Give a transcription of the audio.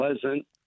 Pleasant